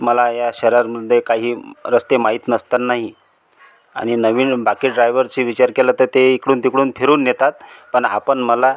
मला या शहरामध्ये काही रस्ते माहीत नसतानाही आणि नवीन बाकी ड्राइवरची विचार केला तर ते इकडून तिकडून फिरवून नेतात पण आपण मला